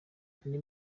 andi